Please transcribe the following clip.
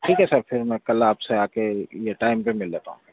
ٹھیک ہے سر پھر میں کل آپ سے آ کے یہ ٹائم پہ مل لیتا ہوں